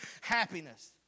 happiness